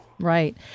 Right